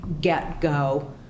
get-go